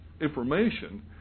information